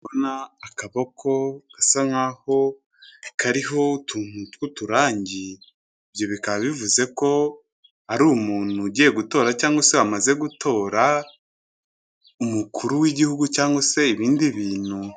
Ndabona akaboko gasa nkaho kariho utuntu tw'uturangi, ibyo bikaba bivuze ko ari umuntu ugiye gutora cyangwa se wamaze gutora, umukuru w'igihugu cyangwa se ibindi bintu.